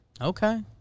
Okay